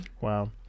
wow